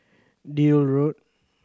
Deal Road